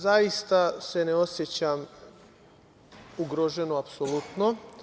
Zaista se ne osećam ugroženo, apsolutno.